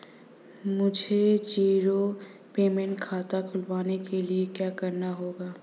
मुझे zero payment खाता खुलवाने के लिए क्या करना होगा?